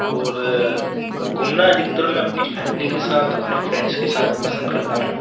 और घूमना अधिकतर मैं अपनी फैमिली के साथ अपने फ्रेंड्स के साथ पसंद करता हूँ